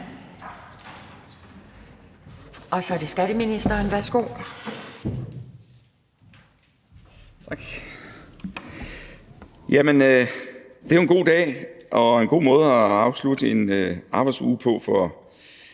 Kl. 12:26 Skatteministeren (Morten Bødskov): Tak. Jamen det er jo en god dag og en god måde at afslutte en arbejdsuge på –